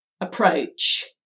approach